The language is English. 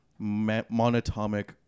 monatomic